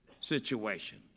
situation